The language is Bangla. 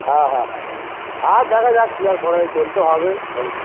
হ্যাঁ হ্যাঁ হ্যাঁ আর দেখা যাক কী আর করাই চলতে হবে